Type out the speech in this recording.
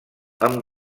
amb